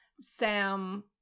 Sam